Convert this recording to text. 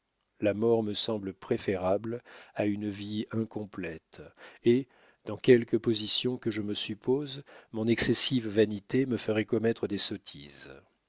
la mort me semble préférable à une vie incomplète et dans quelque position que je me suppose mon excessive vanité me ferait commettre des sottises